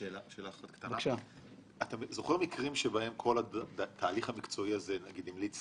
אתה זוכר מקרים שבהם כל התהליך המקצועי הזה המליץ